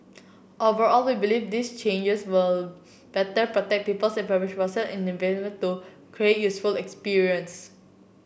overall we believe these changes will better protect people's enabling to useful experience